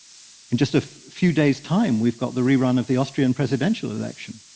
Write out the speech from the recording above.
in just a few day's time we've got the rerun of the austrian presidential election,